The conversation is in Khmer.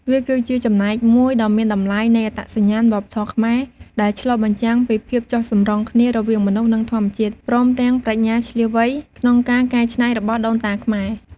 វាគឺជាចំណែកមួយដ៏មានតម្លៃនៃអត្តសញ្ញាណវប្បធម៌ខ្មែរ ដែលឆ្លុះបញ្ចាំងពីភាពចុះសម្រុងគ្នារវាងមនុស្ស និងធម្មជាតិ ព្រមទាំងប្រាជ្ញាឈ្លាសវៃក្នុងការកែច្នៃរបស់ដូនតាខ្មែរ។